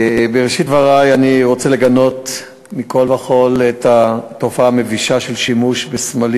אני רוצה לגנות מכול וכול את התופעה המבישה של שימוש בסמלים